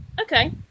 okay